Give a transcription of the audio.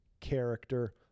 character